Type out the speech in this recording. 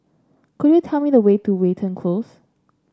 could you tell me the way to Watten Close